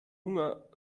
hunger